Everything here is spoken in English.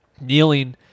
kneeling